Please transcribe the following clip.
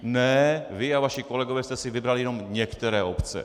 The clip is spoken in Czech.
Ne, vy a vaši kolegové jste si vybrali jenom některé obce!